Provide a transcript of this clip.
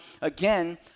again